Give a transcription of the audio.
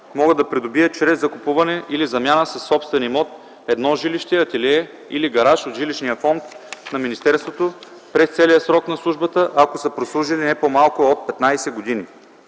могат да придобият чрез закупуване или замяна със собствен имот едно жилище, ателие или гараж от жилищния фонд на министерството през целия срок на службата, ако са прослужили не по-малко от 15 години”.